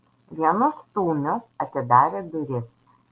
vienu stūmiu atidarė duris